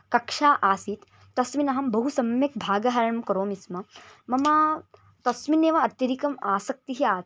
कक्षा आसीत् तस्मिन् अहं बहु सम्यक् भागग्रहणं करोमि स्म मम तस्मिन्नेव अत्यधिका आसक्तिः अ